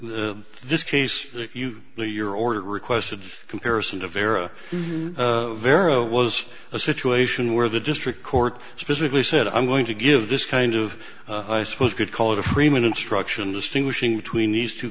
leave your order requested comparison to vera vera was a situation where the district court specifically said i'm going to give this kind of i suppose you could call it a freeman instruction distinguishing between these two